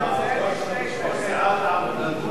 ראש סיעת העבודה, מבוקש, מה לעשות?